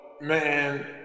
man